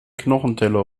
knochenteller